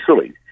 silly